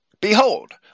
behold